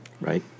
right